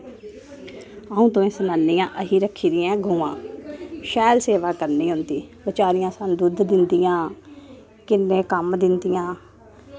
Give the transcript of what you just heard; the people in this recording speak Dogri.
अ'ऊं तुसें सनानी आं असें रक्खी दियां गवां शैल सेवा करने उं'दी बचारियां स्हानू दुध्द दिंदियां किन्ने कम्म दिंदियां